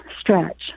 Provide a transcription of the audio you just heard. stretch